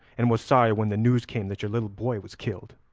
and was sorry when the news came that your little boy was killed.